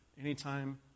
Anytime